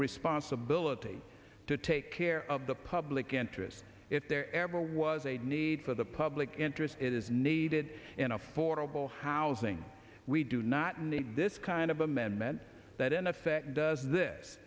responsibility to take care of the public interest if there ever was a need for the public interest it is needed in affordable housing we do not need this kind of amendment that in effect does this